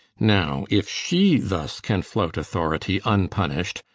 now if she thus can flout authority unpunished,